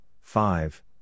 five